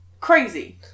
Crazy